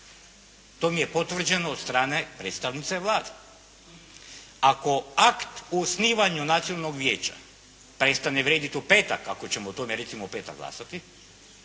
To mi je potvrđeno od strane predstavnice Vlade. Ako akt o osnivanju Nacionalnog vijeća prestane vrijediti u petak, ako ćemo o tome recimo u petak glasati,